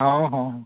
ᱦᱮᱸ ᱦᱮᱸ